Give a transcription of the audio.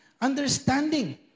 understanding